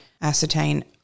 ascertain